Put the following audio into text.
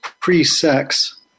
pre-sex